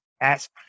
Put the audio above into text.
ask